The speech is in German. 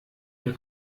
der